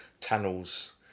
tunnels